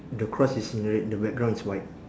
the cross is in red the background is white